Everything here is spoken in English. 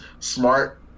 Smart